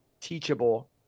teachable